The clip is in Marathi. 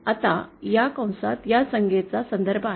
आता या कंसात या संज्ञेचा संदर्भ आहे